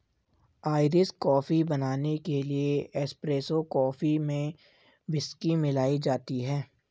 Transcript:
Irish coffee बनाने के लिए एस्प्रेसो कॉफी में व्हिस्की मिलाई जाती है